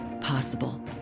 possible